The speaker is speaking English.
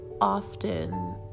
often